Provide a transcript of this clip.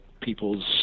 people's